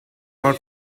not